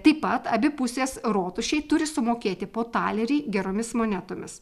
taip pat abi pusės rotušei turi sumokėti po talerį geromis monetomis